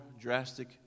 drastic